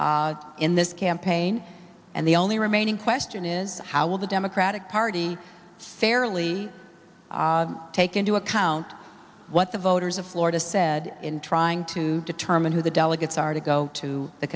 been in this campaign and the only remaining question is how will the democratic party fairly take into account what the voters of florida said in trying to determine who the delegates are to go to the